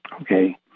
Okay